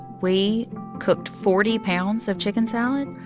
we cooked forty pounds of chicken salad.